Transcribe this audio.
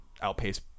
outpace